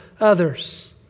others